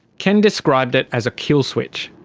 ken described it as a kill switch.